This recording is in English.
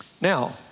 Now